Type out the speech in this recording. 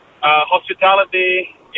Hospitality